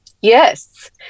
Yes